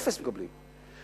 מקבלים אפס,